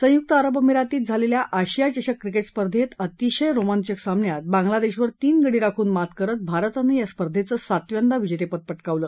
संयुक्त अरब अमिरातीमध्ये झालेल्या आशिया चषक क्रिकेट स्पर्धेत अतिशय रोमांचक सामन्यात बांगलादेशवर तीन गडी राखून मात करत भारतानं या स्पर्धेचं सातव्यांदा विजेतेपद पटकावलं